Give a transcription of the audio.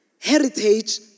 heritage